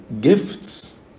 gifts